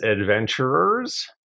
adventurers